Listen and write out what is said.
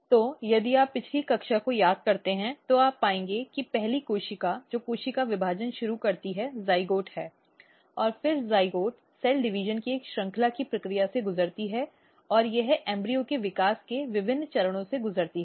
तो यदि आप पिछली कक्षा को याद करते हैं तो आप पाएंगे कि पहली कोशिका जो कोशिका विभाजन शुरू करती है जाइगोट है और फिर जाइगोट कोशिका विभाजन की एक श्रृंखला की प्रक्रिया से गुजरती है और यह भ्रूण के विकास के विभिन्न चरणों से गुजरती है